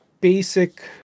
basic